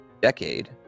decade